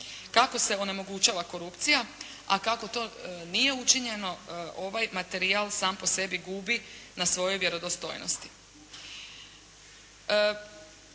kako se onemogućava korupcija, a kako to nije učinjeno. Ovaj materijal sam po sebi gubi na svojoj vjerodostojnosti.